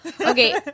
okay